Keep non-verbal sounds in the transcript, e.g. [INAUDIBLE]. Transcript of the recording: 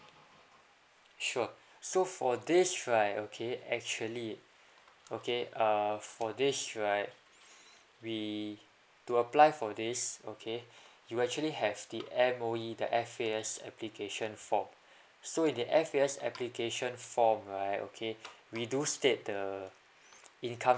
sure so for this right okay actually okay err for this right [BREATH] we to apply for this okay you actually have the M_O_E the F_A_S application form so in the F_A_S application form right okay we do state the income